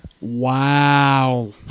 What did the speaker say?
Wow